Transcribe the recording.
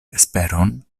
vesperon